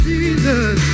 Jesus